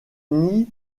nids